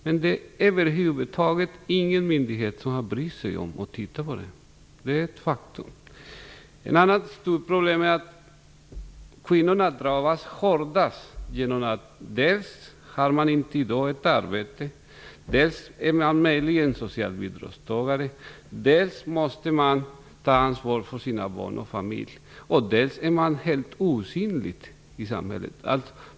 Men ingen myndighet har brytt sig om att titta på det här över huvud taget. Det är ett faktum. Ett annat stort problem är att kvinnorna drabbas hårdast genom att de dels inte har arbete, dels möjligen är socialbidragstagare, dels måste ta ansvar för sina barn och sin familj och dels är helt osynliga i samhället.